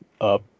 up